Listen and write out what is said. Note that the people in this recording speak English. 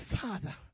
father